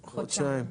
חודשיים.